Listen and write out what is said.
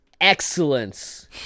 excellence